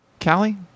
Callie